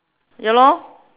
ya lor